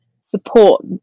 support